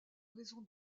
raison